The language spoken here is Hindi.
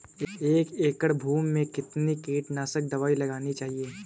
एक एकड़ भूमि में कितनी कीटनाशक दबाई लगानी चाहिए?